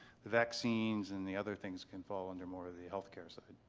vaccines and the other things can fall under more of the healthcare side.